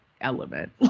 element